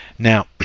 Now